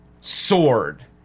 sword